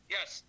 Yes